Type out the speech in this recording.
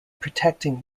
protecting